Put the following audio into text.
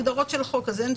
זה בדיוק בהגדרות של החוק הזה.